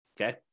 okay